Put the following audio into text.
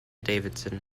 davidson